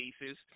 cases